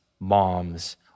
moms